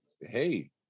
hey